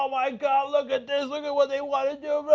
um my god, look at this, look at what they want to do, but